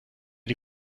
die